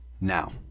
now